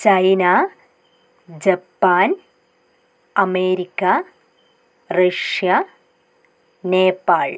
China Japan America Russia Nepal